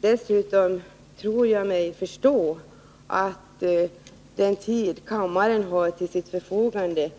Dessutom tror jag mig förstå att den tid kammaren har till sitt förfogande